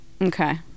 Okay